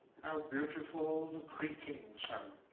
how beautiful the creaking sound.